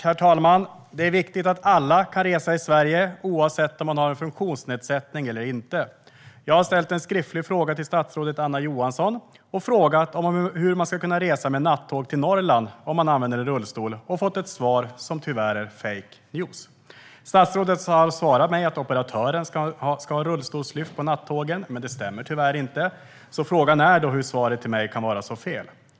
Herr talman! Det är viktigt att alla kan resa i Sverige, oavsett om man har en funktionsnedsättning eller inte. Jag har ställt en skriftlig fråga till statsrådet Anna Johansson om hur man ska kunna resa med nattåg till Norrland om man använder rullstol och fått ett svar som tyvärr är fake news. Statsrådet har svarat mig att operatören ska ha rullstolslyft på nattågen. Det stämmer tyvärr inte. Frågan är hur svaret till mig kan vara så fel.